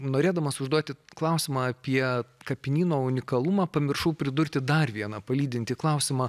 norėdamas užduoti klausimą apie kapinyno unikalumą pamiršau pridurti dar vieną palydintį klausimą